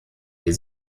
die